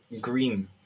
green